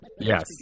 Yes